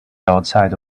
outside